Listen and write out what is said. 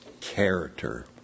character